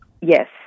Yes